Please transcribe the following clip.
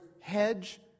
hedge